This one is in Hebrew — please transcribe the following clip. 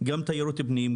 גם את תיירות הפנים,